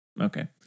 Okay